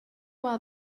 while